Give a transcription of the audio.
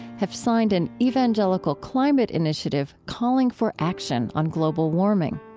have signed an evangelical climate initiative calling for action on global warming.